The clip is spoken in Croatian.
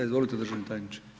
Izvolite državni tajniče.